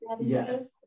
Yes